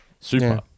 Super